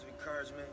encouragement